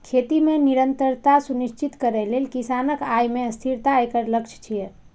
खेती मे निरंतरता सुनिश्चित करै लेल किसानक आय मे स्थिरता एकर लक्ष्य छियै